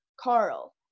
Carl